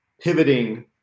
pivoting